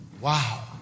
wow